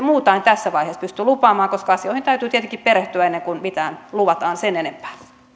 muuta en tässä vaiheessa pysty lupaamaan koska asioihin täytyy tietenkin perehtyä ennen kuin mitään luvataan sen enempää